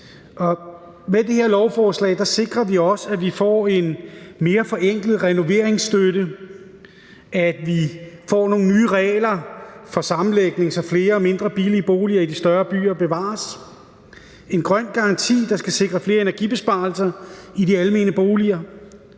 Med det her lovforslag sikrer vi også, at vi får en mere forenklet renoveringsstøtte; at vi får nogle nye regler for sammenlægning, så flere mindre og billige boliger i de større byer bevares; en grøn garanti, der skal sikre flere energibesparelser i de almene boliger;